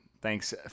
thanks